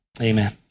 Amen